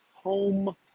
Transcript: home